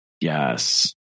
Yes